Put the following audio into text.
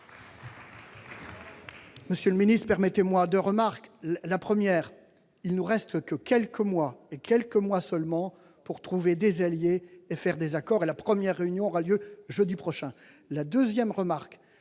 Monsieur le secrétaire d'État, permettez-moi deux remarques. D'abord, il ne nous reste que quelques mois- quelques mois seulement ! -pour trouver des alliés et conclure des accords. La première réunion aura lieu jeudi prochain.